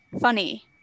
funny